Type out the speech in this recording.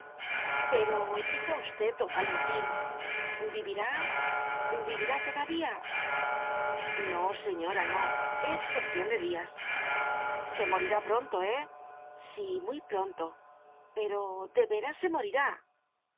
pero diga usted don valentín vivirá vivirá todavía no señora no es cuestión de días se morirá pronto eh sí muy pronto pero de verás se morirá